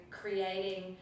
creating